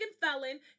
felon